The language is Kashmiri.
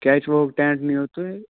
کیچواہُک ٹینٛٹ نِیِو تُہۍ